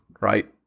right